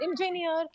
engineer